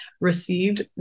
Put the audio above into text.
received